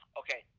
okay